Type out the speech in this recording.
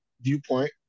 viewpoint